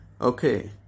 Okay